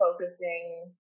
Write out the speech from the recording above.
focusing